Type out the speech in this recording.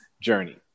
journey